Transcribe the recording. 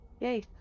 Yay